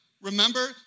Remember